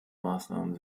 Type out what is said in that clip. maßnahmen